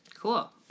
Cool